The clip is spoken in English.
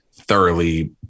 thoroughly